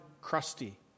crusty